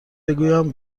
بگویم